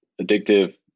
addictive